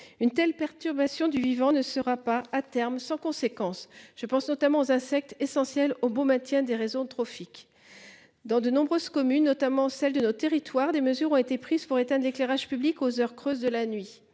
Une telle perturbation du vivant ne sera pas à terme sans conséquence. Je pense notamment aux insectes essentiels au bon maintien des raisons tropiques. Dans de nombreuses communes, notamment celles de nos territoires. Des mesures ont été prises pour être un d'éclairage public aux heures creuses de la nuit